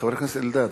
חבר הכנסת אלדד,